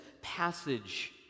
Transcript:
passage